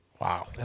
Wow